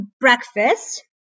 breakfast